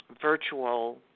virtual